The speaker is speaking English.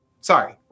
Sorry